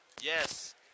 Yes